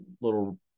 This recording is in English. little